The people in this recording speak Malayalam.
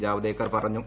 ജാവ്ദേക്കർ പറഞ്ഞു